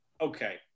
Okay